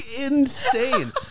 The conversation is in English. insane